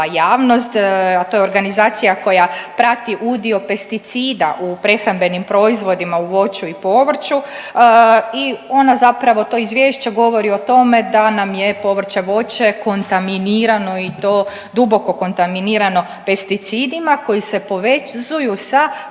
javnost, a to je organizacija koja prati udio pesticida u prehrambenim proizvodima u voću i povrću i ona zapravo, to izvješće govori o tome da nam je povrće, voće kontaminirano i to duboko kontaminirano pesticidima koji se povezuju sa